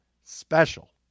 special